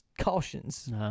cautions